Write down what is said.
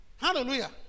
Hallelujah